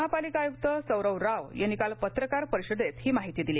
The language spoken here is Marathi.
महापालिका आयुक्त सौरव राव यांनी काल पत्रकार परिषदत्त ही माहिती दिली